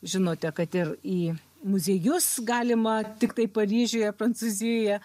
žinote kad ir į muziejus galima tiktai paryžiuje prancūzijoje